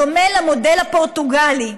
בדומה למודל הפורטוגלי.